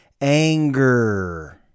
anger